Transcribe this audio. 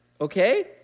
Okay